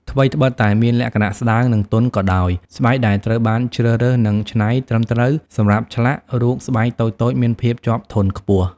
ថ្វីត្បិតតែមានលក្ខណៈស្តើង និងទន់ក៏ដោយ ស្បែកដែលត្រូវបានជ្រើសរើស និងច្នៃត្រឹមត្រូវសម្រាប់ឆ្លាក់រូបស្បែកតូចៗមានភាពជាប់ធន់ខ្ពស់។